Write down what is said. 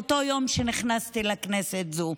מאותו יום שנכנסתי לכנסת הזו.